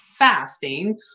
fasting